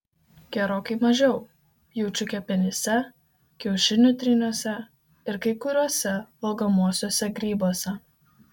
gerokai mažiau jaučių kepenyse kiaušinių tryniuose ir kai kuriuose valgomuosiuose grybuose